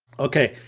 okay,